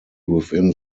within